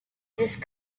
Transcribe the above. just